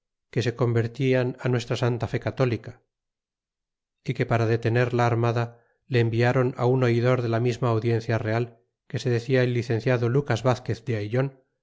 que se convertian á nuestra santa fe católica y que para detener la armada le enviáron un oidor de la misma audiencia real que se decia el licenciado lucas vazquez de ayllon y en